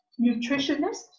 nutritionist